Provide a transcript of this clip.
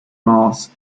moss